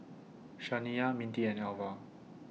Shaniya Mintie and Alva